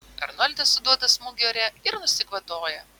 arnoldas suduoda smūgį ore ir nusikvatoja